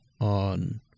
on